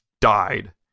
died